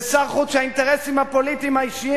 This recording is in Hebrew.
זה שר חוץ שהאינטרסים הפוליטיים האישיים